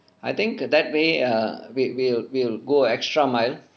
I think that way err we'll we'll we'll go extra mile